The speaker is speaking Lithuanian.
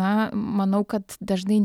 na manau kad dažnai